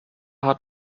hat